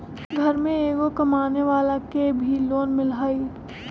घर में एगो कमानेवाला के भी लोन मिलहई?